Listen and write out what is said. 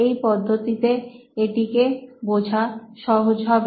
এই পদ্ধতিতে এটিকে বোঝস বেশি সহজ হবে